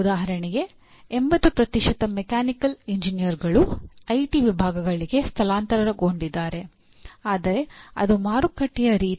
ಉದಾಹರಣೆಗೆ 80 ಮೆಕ್ಯಾನಿಕಲ್ ಎಂಜಿನಿಯರ್ಗಳು ಐಟಿ ವಿಭಾಗಗಳಿಗೆ ಸ್ಥಳಾಂತರಗೊಂಡಿದ್ದರೆ ಆದರೆ ಅದು ಮಾರುಕಟ್ಟೆಯ ರೀತಿ